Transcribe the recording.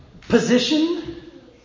position